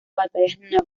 batallas